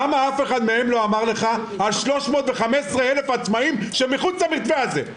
למה אף אחד מהם לא אמר לך על 315,000 עצמאים שמחוץ למתווה הזה?